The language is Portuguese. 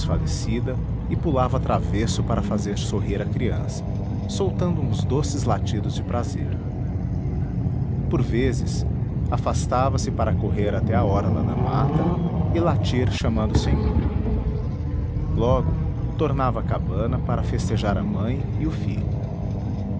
a mão desfalecida e pulava travesso para fazer sorrir a criança soltando uns doces latidos de prazer por vezes afastava-se para correr até a orla da mata e latir chamando o senhor logo tornava à cabana para festejar a mãe e o filho